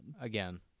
Again